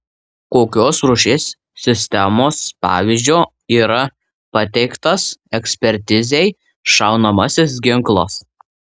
kokios rūšies sistemos pavyzdžio yra pateiktas ekspertizei šaunamasis ginklas